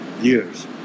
years